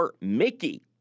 Mickey